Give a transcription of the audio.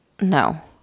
no